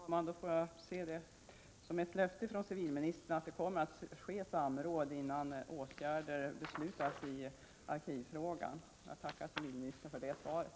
Herr talman! Jag ser detta som ett löfte från civilministern att samråd kommer att ske innan man beslutar om åtgärder i arkivfrågan. Jag tackar civilministern för det beskedet.